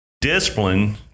discipline